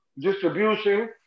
Distribution